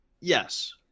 yes